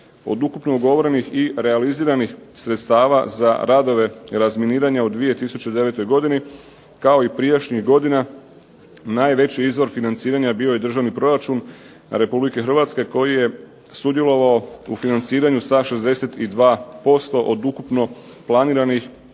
Od ukupno ugovorenih i realiziranih sredstava za radove razminiranja u 2009. godini, kao i prijašnjih godina, najveći izvor financiranja bio je državni proračun Republike Hrvatske koji je sudjelovao u financiranju sa 62% od ukupno planiranih